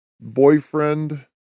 boyfriend